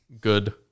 good